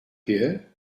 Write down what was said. here